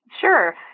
Sure